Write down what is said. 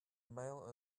male